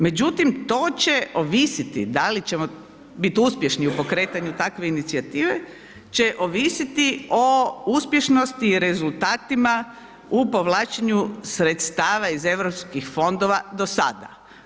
Međutim to će ovisiti da li ćemo bit uspješni u pokretanju takve inicijative će ovisiti o uspješnosti i rezultatima u povlačenju sredstava iz Europskih fondova do sada.